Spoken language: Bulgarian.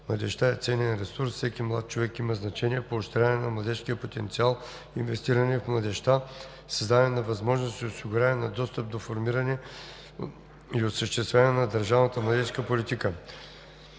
младежта е ценен ресурс; всеки млад човек има значение; поощряване на младежкия потенциал; инвестиране в младежта; създаване на възможност и осигуряване на достъп до формирането и осъществяването на държавната младежка политика.